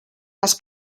las